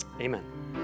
amen